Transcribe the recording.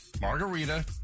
margarita